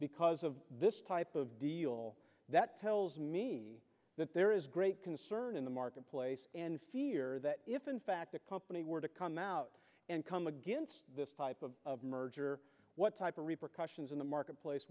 because of this type of deal that tells me that there is great concern in the marketplace and fear that if in fact a company were to come out and come against this type of merger what type of repercussions in the marketplace